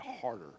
harder